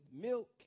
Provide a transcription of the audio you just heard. milk